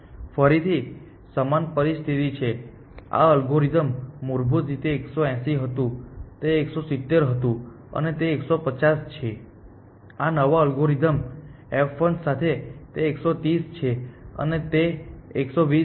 ફરીથી તે સમાન પરિસ્થિતિ છે આ અલ્ગોરિધમ મૂળભૂત રીતે તે 180 હતું તે 170 હતું અને તે 150 છે આ નવા અલ્ગોરિધમ f1 સાથે તે 130 છે અને તે 120 છે